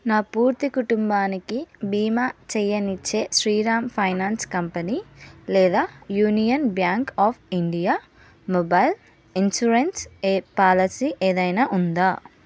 నా పూర్తి కుటుంబానికి భీమా చేయనిచ్చే శ్రీరామ్ ఫైనాన్స్ కంపెనీ లేదా Union Bank of India mobile insurance ఏ పాలిసీ ఏదైనా ఉందా